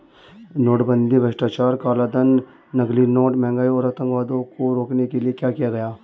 नोटबंदी भ्रष्टाचार, कालाधन, नकली नोट, महंगाई और आतंकवाद को रोकने के लिए किया गया